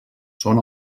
són